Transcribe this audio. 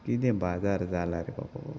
किदं बाजार जााला रे बाबा हो